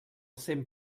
cent